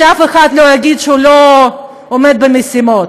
שאף אחד לא יגיד שהוא לא עומד במשימות,